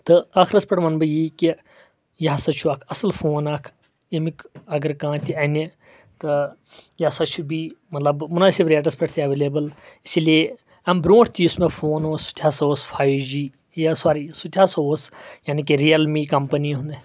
تہٕ ٲخرَس پٮ۪ٹھ وَنہٕ بہٕ یی کہِ یہِ ہسا چھُ اکھ اَصٕل فون اکھ ییٚمیُک اَگر کانٛہہ تہِ اَنہِ تہٕ یہِ ہسا چھِ بیٚیہِ مطلب مُنٲصب ریٹس پٮ۪ٹھ تہِ اویلیبل اسی لیے اَمہِ برۄنٛٹھ تہِ یُس مےٚ فون اوس سُہ تہِ ہسا اوس فایو جی یا سوری سُہ تہِ ہسا اوس یعنی کہِ ریلمی کَمپٔنی ہُنٛد